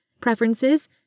preferences